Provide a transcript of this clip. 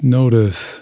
notice